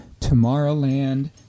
Tomorrowland